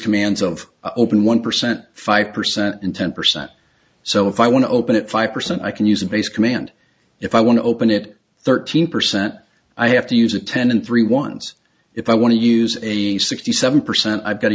commands of open one percent five percent and ten percent so if i want to open it five percent i can use a base command if i want to open it thirteen percent i have to use attendant three once if i want to use a sixty seven percent i've got